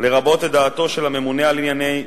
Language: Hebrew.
לרבות את דעתו של הממונה על ענייני הנפט,